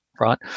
right